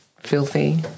Filthy